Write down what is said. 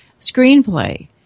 screenplay